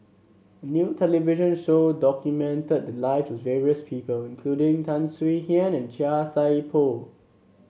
a new television show documented the lives of various people including Tan Swie Hian and Chia Thye Poh